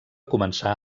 començar